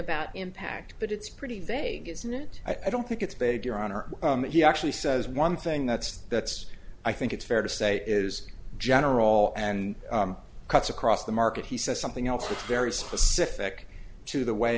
about impact but it's pretty they isn't i don't think it's bad your honor he actually says one thing that's that's i think it's fair to say is general and cuts across the market he says something else that's very specific to the way